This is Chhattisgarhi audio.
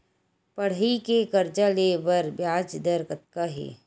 पढ़ई के कर्जा ले बर ब्याज दर कतका हे?